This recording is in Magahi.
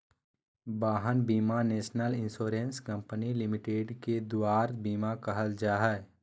वाहन बीमा नेशनल इंश्योरेंस कम्पनी लिमिटेड के दुआर बीमा कहल जाहइ